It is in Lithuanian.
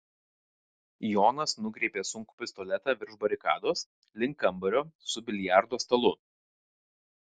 jonas nukreipė sunkų pistoletą virš barikados link kambario su biliardo stalu